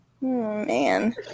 man